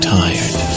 tired